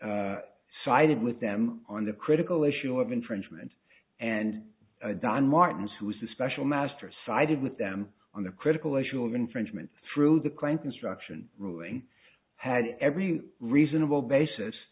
sided with them on the critical issue of infringement and don martin's who is the special master sided with them on the critical issue of infringement through the client instruction ruling had every reasonable basis